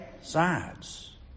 sides